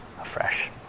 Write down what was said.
afresh